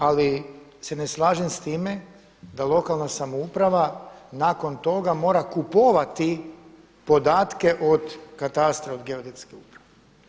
Ali se ne slažem s time da lokalna samouprava nakon toga mora kupovati podatke od katastra od Geodetske uprave.